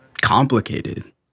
complicated